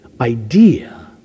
idea